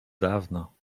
dawno